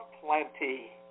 plenty